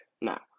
Now